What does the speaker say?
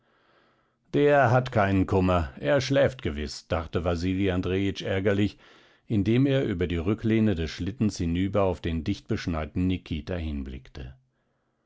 der hat keinen kummer er schläft gewiß dachte wasili andrejitsch ärgerlich indem er über die rücklehne des schlittens hinüber auf den dicht beschneiten nikita hinblickte